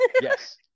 Yes